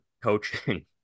coaching